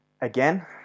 again